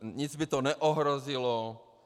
Nic by to neohrozilo.